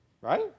right